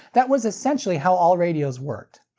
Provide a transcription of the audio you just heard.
that was essentially how all radios worked.